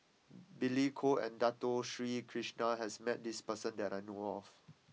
Billy Koh and Dato Sri Krishna has met this person that I know of